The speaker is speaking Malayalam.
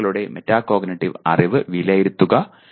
പഠിതാക്കളുടെ മെറ്റാകോഗ്നിറ്റീവ് അറിവ് വിലയിരുത്തുക